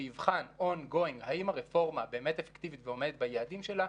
שיבחן on going האם הרפורמה באמת אפקטיבית ועומדת ביעדים שלה,